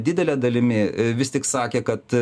didele dalimi vis tik sakė kad